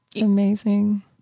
amazing